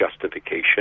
justification